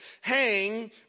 hang